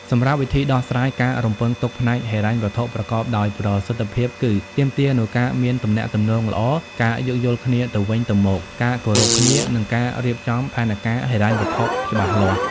សម្រាប់វិធីដោះស្រាយការរំពឹងទុកផ្នែកហិរញ្ញវត្ថុប្រកបដោយប្រសិទ្ធភាពគឺ ទាមទារនូវការមានទំនាក់ទំនងល្អ ការយោគយល់គ្នាទៅវិញទៅមក ការគោរពគ្នា និងការរៀបចំផែនការហិរញ្ញវត្ថុច្បាស់លាស់។